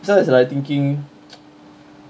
that's why I was like thinking